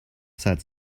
said